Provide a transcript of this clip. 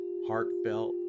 heartfelt